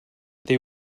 they